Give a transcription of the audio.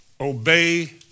obey